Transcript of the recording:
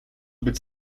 być